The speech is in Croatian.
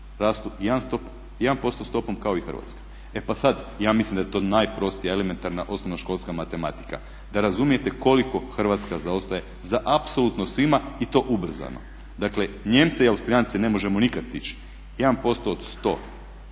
rastu 1% stopom kao i Hrvatska. E pa sad ja mislim da je to najprostija elementarna osnovnoškolska matematika da razumijete koliko Hrvatska zaostaje za apsolutno svima i to ubrzano. Dakle, Nijemce i Austrijance ne možemo nikad stići. 1% od 100